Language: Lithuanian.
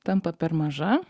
tampa per maža